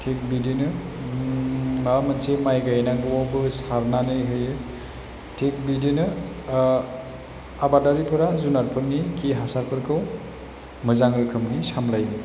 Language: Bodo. थिग बिदिनो माबा मोनसे माय गायनांगौवावबो सारनानै होयो थिग बिदिनो आबादारिफोरा जुनातफोरनि खि हासारफोरखौ मोजां रोखोमनि सामलायो